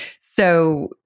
so-